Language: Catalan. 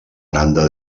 aranda